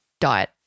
diet